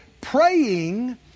praying